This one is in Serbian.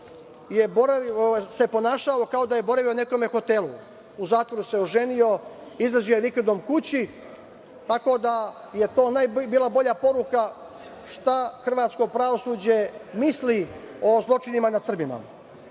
se ponašao kao da je boravio u nekom hotelu. U zatvoru se oženio, izlazio vikendom kući, tako da je to bila najbolja poruka šta hrvatsko pravosuđe misli o zločinima nad Srbima. Imali